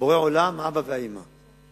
בורא עולם, אבא ואמא.